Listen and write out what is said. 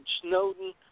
Snowden